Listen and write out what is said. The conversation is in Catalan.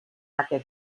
aquest